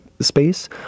space